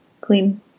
Clean